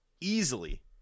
easily